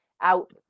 out